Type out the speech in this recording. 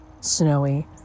snowy